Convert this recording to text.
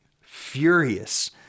Furious